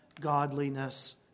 godliness